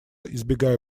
избегая